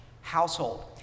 household